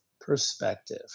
perspective